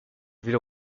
ville